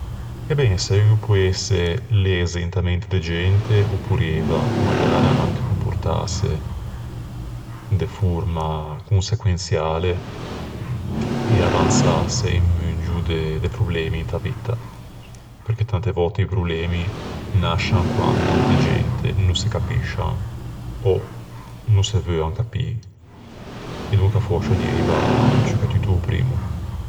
E ben, se un o poesse leze inta mente de gente o porrieiva anche comportâse de forma consequençiale e avansâse un muggio de-de problemi inta vitta. Perché tante vòtte i problemi nascian quando e gente no se capiscian ò no se veuan capî, e fòscia aloa dieiva ciù che tutto o primmo.